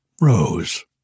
Rose